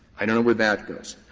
i know where that goes.